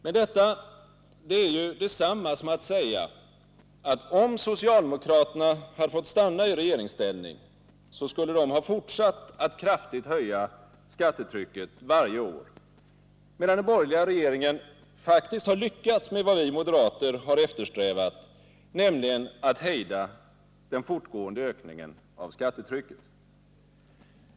Men detta är ju detsamma som att säga att om socialdemokraterna hade fått stanna i regeringsställning, skulle de ha fortsatt att kraftigt höja skattetrycket varje år, medan den borgerliga regeringen faktiskt har lyckats med vad vi moderater har eftersträvat, nämligen att hejda den fortgående ökningen av skattetrycket.